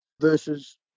versus